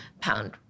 pound